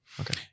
Okay